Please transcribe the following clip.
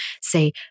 say